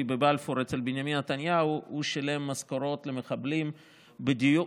בבלפור אצל בנימין נתניהו הוא שילם משכורות למחבלים בדיוק,